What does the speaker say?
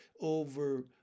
over